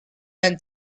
been